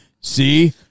See